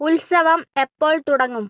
ഉത്സവം എപ്പോൾ തുടങ്ങും